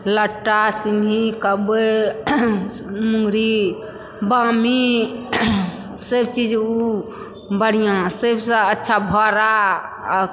लट्टा सिङ्गहि कबै मुङ्गरी बामी सभ चीज ओ बढ़िआँ सभसँ अच्छा भारा आ